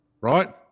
right